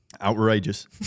Outrageous